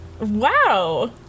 wow